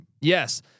Yes